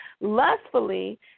lustfully